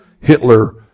Hitler